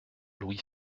louis